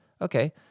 okay